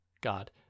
God